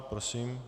Prosím.